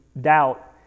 doubt